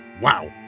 Wow